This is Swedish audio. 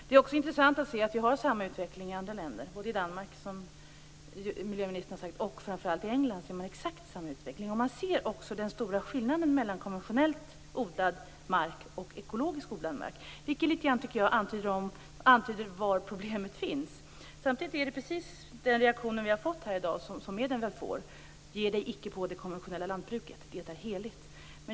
Det är också intressant att se att vi har samma utveckling i andra länder. Det gäller Danmark, som miljöministern har nämnt, och framför allt England, som har exakt samma utveckling. Man ser också den stora skillnaden mellan konventionellt odlad mark och ekologiskt odlad mark, vilket antyder var problemet ligger. Samtidigt är den reaktion vi har fått här i dag precis den man brukar få: Ge dig icke på det konventionella lantbruket! Det är heligt.